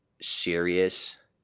serious